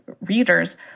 readers